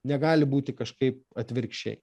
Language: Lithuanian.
negali būti kažkaip atvirkščiai